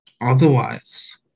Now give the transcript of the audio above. Otherwise